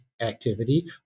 activity